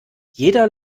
jeder